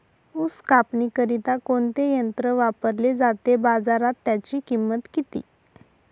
ऊस कापणीकरिता कोणते यंत्र वापरले जाते? बाजारात त्याची किंमत किती?